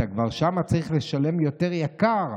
שם אתה כבר צריך לשלם יותר יקר,